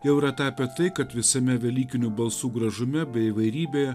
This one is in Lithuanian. jau yra tapę tai kad visame velykinių balsų gražume bei įvairybėje